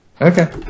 Okay